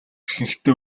ихэнхдээ